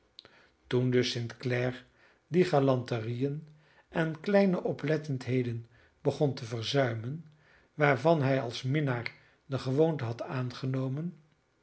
toen dus st clare die galanterieën en kleine oplettendheden begon te verzuimen waarvan hij als minnaar de gewoonte had aangenomen